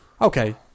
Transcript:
okay